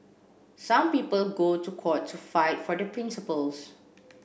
some people go to court to fight for their principles